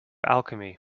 alchemy